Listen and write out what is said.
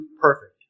perfect